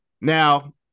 Now